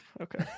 okay